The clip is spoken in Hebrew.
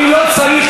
תקשיב, אני לא צריך,